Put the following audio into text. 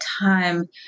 time